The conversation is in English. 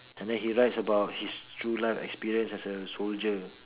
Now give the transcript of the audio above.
and then he writes about his true life experience as a soldier